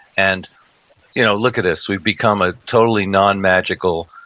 and you know look at us, we've become a totally non-magical,